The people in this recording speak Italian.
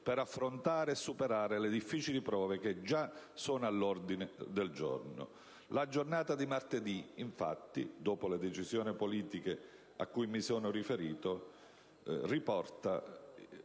per affrontare e superare le difficili prove che già sono all'ordine del giorno». La giornata di martedì, infatti, in seguito alle decisioni politiche cui mi sono riferito, dopo